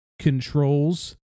controls